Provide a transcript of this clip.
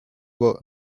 were